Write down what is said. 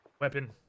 Weapon